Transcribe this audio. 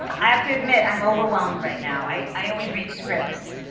i have to admit i'm overwhelmed right now. i always read scripts,